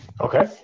Okay